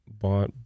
bought